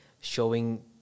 showing